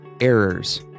Errors